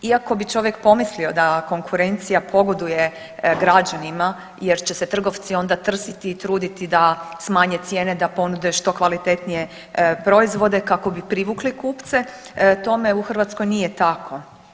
Iako bi čovjek pomislio da konkurencija pogoduje građanima jer će se trgovci onda trsiti i truditi da smanje cijene, da ponude što kvalitetnije proizvode kako bi privukli kupce, tome u Hrvatskoj nije tako.